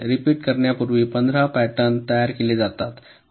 repeat करण्यापूर्वी 15 pattern तयार केले जातात